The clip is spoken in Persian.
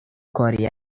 کاری